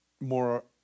more